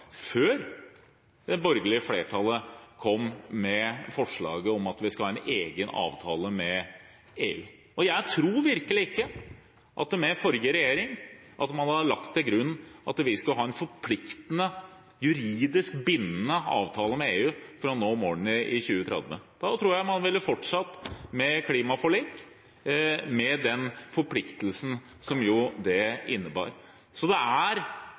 før det borgerlige flertallet kom med forslaget om at vi skulle ha en egen avtale med EU. Jeg tror virkelig ikke at man under den forrige regjeringen hadde lagt til grunn at Norge skulle ha en forpliktende, juridisk bindende avtale med EU for å nå målene i 2030. Da tror jeg man ville fortsatt med klimaforlik, med den forpliktelsen som det innebar. Det er